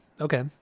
Okay